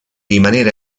rimanere